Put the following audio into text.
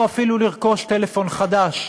או אפילו לרכוש טלפון חדש,